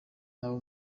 n’abo